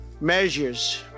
measures